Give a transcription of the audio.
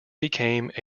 became